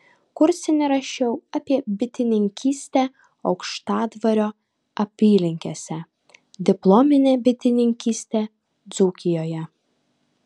kursinį rašiau apie bitininkystę aukštadvario apylinkėse diplominį bitininkystę dzūkijoje